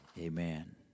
Amen